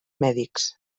mèdics